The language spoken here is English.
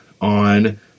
on